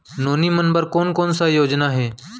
नोनी मन बर कोन कोन स योजना हे?